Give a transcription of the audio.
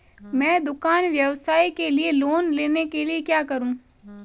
मैं दुकान व्यवसाय के लिए लोंन लेने के लिए क्या करूं?